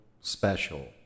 special